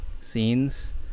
scenes